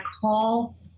call